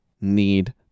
need